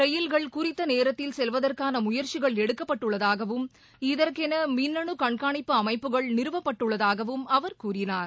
ரயில்கள் குறித்த நேரத்தில் செல்வதற்கான முயற்சிகள் எடுக்கப்பட்டுள்ளதாகவும் இதற்கென மின்னணு கண்காணிப்பு அமைப்புகள் நிறுவப்பட்டுள்ளதாகவும் அவர் கூறினார்